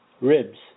ribs